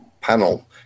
panel